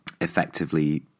effectively